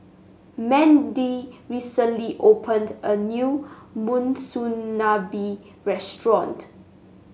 Mandy recently opened a new Monsunabe restaurant